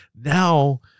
Now